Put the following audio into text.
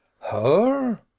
Her